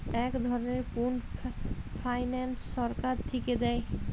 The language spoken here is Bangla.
এক ধরনের পুল্ড ফাইন্যান্স সরকার থিকে দেয়